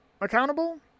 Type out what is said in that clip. accountable